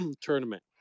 tournament